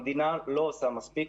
המדינה לא עושה מספיק.